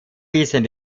wiesen